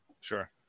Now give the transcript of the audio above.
Sure